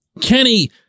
Kenny